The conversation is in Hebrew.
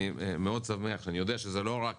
אני מאוד שמח כשאני יודע שזה לא רק